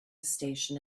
station